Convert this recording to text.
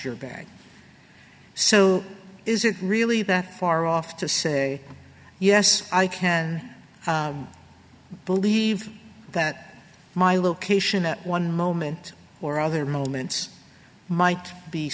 your bag so is it really that far off to say yes i can believe that my location at one moment or other moments might be